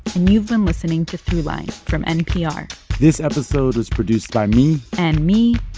and you've been listening to throughline, from npr this episode was produced by me and me.